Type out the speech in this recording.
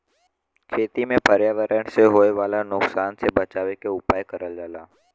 खेती में पर्यावरण से होए वाला नुकसान से बचावे के उपाय करल जाला